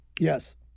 Yes